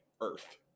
Earth